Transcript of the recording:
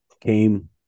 came